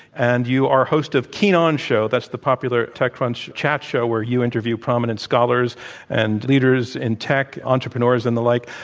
and you are host of keen on show. that's the popular techcrunch chat show where you interview prominent scholars and leaders in tech, entrepreneurs and the like.